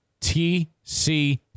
TC